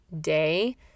day